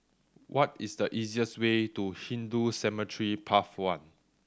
what is the easiest way to Hindu Cemetery Path One